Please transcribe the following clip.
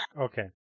Okay